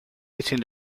hitting